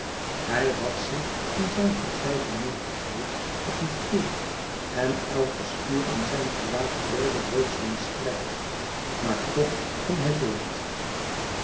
hij had zich in zijn getwijfel neêrgegooid op een stoel en elke spier aan zijn gelaat trilde reeds van strijd maar toch ging hij voort